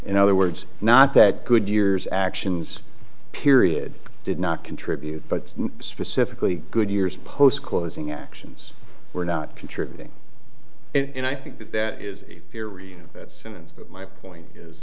in other words not that good years actions period did not contribute but specifically good years post causing actions were not contributing and i think that that is a fair reading of that sentence but my point is